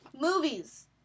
movies